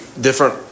Different